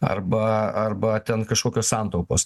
arba arba ten kažkokios santaupos